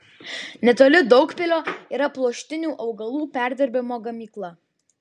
netoli daugpilio yra pluoštinių augalų perdirbimo gamykla